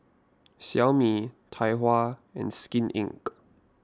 Xiaomi Tai Hua and Skin Inc